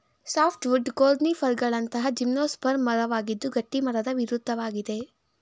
softwood ಕೋನಿಫರ್ಗಳಂತಹ gymnosperm ಮರವಾಗಿದ್ದು ಗಟ್ಟಿಮರದ ವಿರುದ್ಧವಾಗಿದೆ